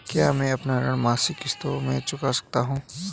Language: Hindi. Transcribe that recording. क्या मैं अपना ऋण मासिक किश्तों में चुका सकता हूँ?